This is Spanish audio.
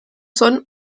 solo